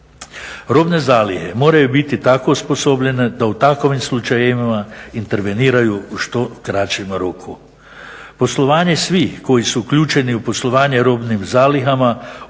Robne zalihe moraju biti tako osposobljene da u takvim slučajevima interveniraju u što kraćem roku. Poslovanje svih koji su uključeni u poslovanje robnim zalihama,